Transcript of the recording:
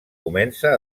comença